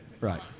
right